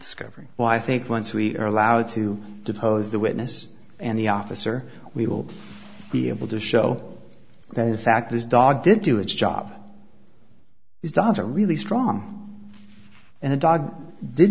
discovery well i think once we are allowed to depose the witnesses and the officer we will be able to show that in fact this dog did do its job he's done a really strong and the dog did